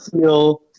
feel